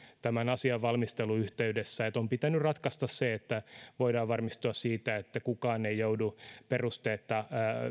tämän asian valmistelun yhteydessä ja se on pitänyt ratkaista että voidaan varmistua siitä että kukaan ei joudu perusteetta